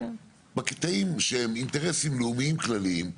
בקטעים שהם אינטרסים לאומיים כלליים.